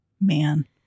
Man